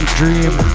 dream